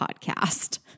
podcast